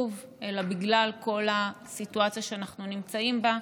אלא בגלל כל הסיטואציה שאנחנו נמצאים בה.